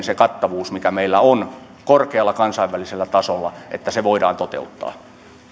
se kattavuus mikä meillä on kansainvälisesti korkealla tasolla voidaan toteuttaa